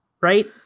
right